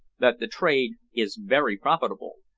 that the trade is very profitable,